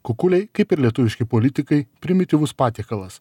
kukuliai kaip ir lietuviški politikai primityvus patiekalas